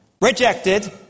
rejected